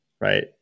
right